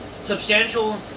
substantial